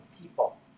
people